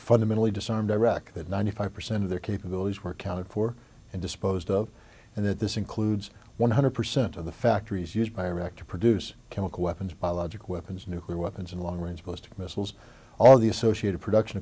fundamentally disarmed iraq that ninety five percent of their capabilities were accounted for and disposed of and that this includes one hundred percent of the factories used by react to produce chemical weapons biological weapons nuclear weapons and long range ballistic missiles all the associated production